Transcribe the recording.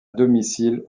domicile